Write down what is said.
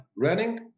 running